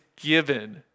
given